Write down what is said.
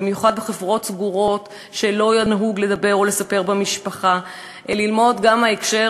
במיוחד בחברות סגורות שבהן לא נהוג לדבר או לספר במשפחה: ללמוד גם מההקשר